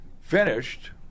finished